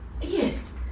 Yes